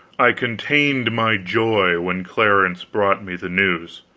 i contained my joy when clarence brought me the news.